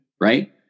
Right